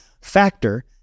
Factor